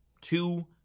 two